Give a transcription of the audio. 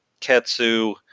Ketsu